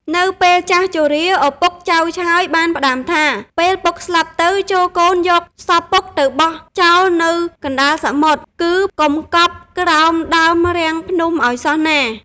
នៅពេលចាស់ជរា ឪពុកចៅឆើយបានផ្តាំថា ពេលពុកស្លាប់ទៅ ចូរកូនយកសពពុកទៅបោះចោលនៅកណ្ដាលសមុទ្រ គឺកុំកប់ក្រោមដើមរាំងភ្នំឲ្យសោះណា។